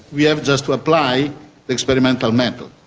we have just to apply the experimental method,